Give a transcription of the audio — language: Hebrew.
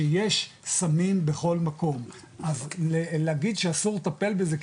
שיש סמים בכל מקום אז להגיד שאסור לטפל בזה,